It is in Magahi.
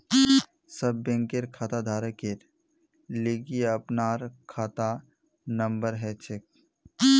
सब बैंक खाताधारकेर लिगी अपनार खाता नंबर हछेक